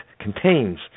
contains